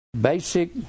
basic